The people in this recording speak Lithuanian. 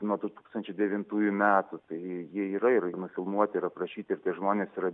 nuo du tūkstančiai devintųjų metų tai jie yra ir nufilmuoti ir aprašyti žmonės yra